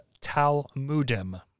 Talmudim